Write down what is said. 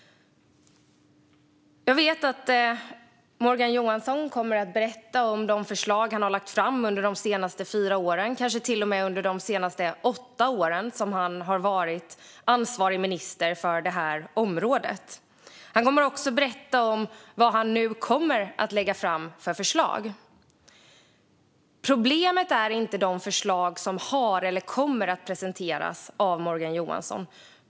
Jag vet att Morgan Johansson kommer att berätta om de förslag han lagt fram under de senaste fyra åren, kanske till och med under de senaste åtta åren, då han varit ansvarig minister för det här området. Han kommer också att berätta om vad han nu kommer att lägga fram för förslag. Problemet är inte de förslag som har presenterats eller kommer att presenteras av Morgan Johansson.